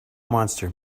monster